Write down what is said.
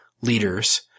leaders